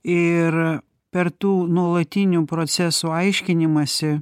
ir per tų nuolatinių procesų aiškinimąsi